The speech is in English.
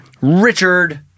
Richard